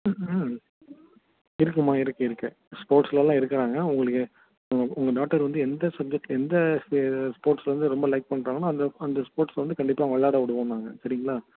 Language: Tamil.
ம்ம் இருக்குதுமா இருக்குது இருக்குது ஸ்போர்ட்ஸ்லெலாம் இருக்கிறாங்க உங்களுக்கு உங் உங்கள் டாட்டர் வந்து எந்த சப்ஜெக்ட் எந்த சே ஸ்போர்ட்ஸ்சில் வந்து ரொம்ப லைக் பண்ணுறாங்களோ அந்த அந்த ஸ்போர்ட்ஸ்சில் வந்து கண்டிப்பாக அவங்க விளாட விடுவோம் நாங்கள் சரிங்களா